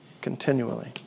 continually